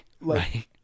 Right